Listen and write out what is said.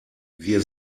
wir